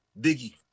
Biggie